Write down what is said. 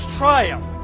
triumph